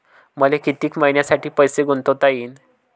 मले कितीक मईन्यासाठी पैसे गुंतवता येईन?